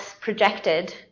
projected